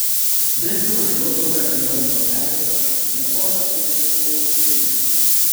delfi už nuotrauką ir vaizdo medžiagą dėkoja ugnei paulauskaitei